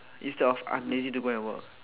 instead of I'm lazy to go and work